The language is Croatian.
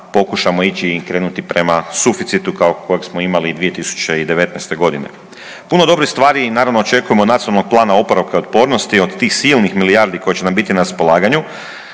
pokušamo ići i krenuti prema suficitu kao kojeg smo imali 2019. godine. Puno dobrih stvari i naravno očekujemo od Nacionalnog plana oporavka i otpornosti, od tih silnih milijardi koje će nam biti na raspolaganju,